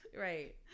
Right